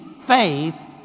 faith